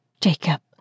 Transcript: Jacob